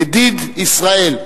ידיד ישראל.